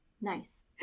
Nice